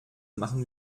machen